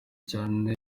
cyane